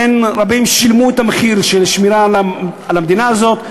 רבים שלמו את המחיר של השמירה על המדינה הזאת,